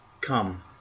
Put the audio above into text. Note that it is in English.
come